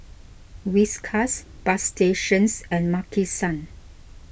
Whiskas Bagstationz and Maki San